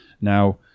Now